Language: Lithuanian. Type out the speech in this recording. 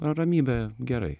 ramybė gerai